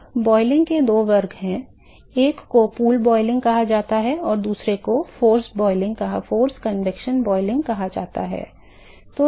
अतः क्वथन के दो वर्ग हैं एक को पूल क्वथन कहा जाता है और दूसरे को जबरन संवहन क्वथन कहा जाता है